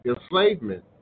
enslavement